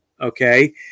okay